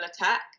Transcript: attack